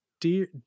dear